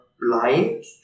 blind